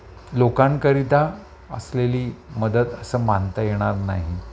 लोकांकरिता असलेली मदत असं मानता येणार नाही